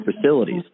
facilities